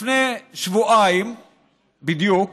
לפני שבועיים בדיוק